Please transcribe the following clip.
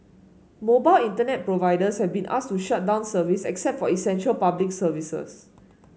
mobile Internet providers have been asked to shut down service except for essential Public Services